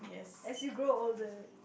as you grow older